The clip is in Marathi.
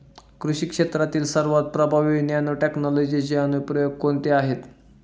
कृषी क्षेत्रातील सर्वात प्रभावी नॅनोटेक्नॉलॉजीचे अनुप्रयोग कोणते आहेत?